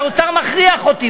האוצר מכריח אותי,